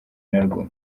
narwo